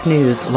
News